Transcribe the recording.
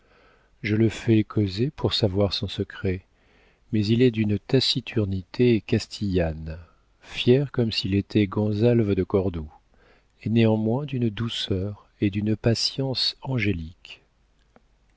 je le fais causer pour savoir son secret mais il est d'une taciturnité castillane fier comme s'il était gonzalve de cordoue et néanmoins d'une douceur et d'une patience angéliques